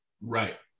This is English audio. right